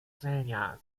silja